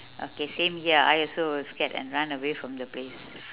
okay same here I also will scared and run away from the place